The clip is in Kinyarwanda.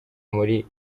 muri